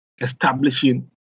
establishing